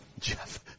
Jeff